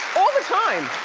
all the time!